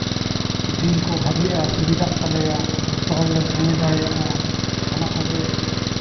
ᱫᱤᱱ ᱠᱚ ᱵᱷᱟᱹᱜᱤᱜᱼᱟ ᱚᱥᱩᱵᱤᱫᱷᱟᱜ ᱛᱟᱞᱮᱭᱟ ᱡᱚᱛᱚᱦᱚᱲᱞᱮ ᱥᱚᱢᱚᱭ ᱫᱟᱲᱮᱭᱟᱜᱼᱟ ᱚᱱᱟ ᱠᱚᱜᱮ